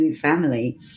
family